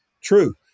true